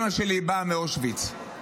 אימא שלי באה מאושוויץ,